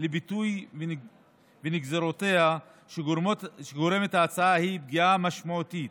לביטוי ונגזרותיה שגורמת ההצעה היא פגיעה משמעותית